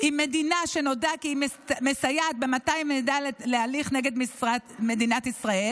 עם מדינה שנודע כי היא מסייעת במתן מידע להליך נגד מדינת ישראל,